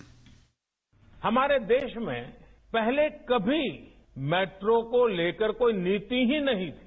bite हमारे देश में पहले कभी मेट्रो को लेकर कोई नीति ही नहीं थी